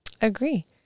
agree